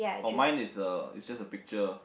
for mine is a is just a picture